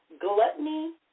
Gluttony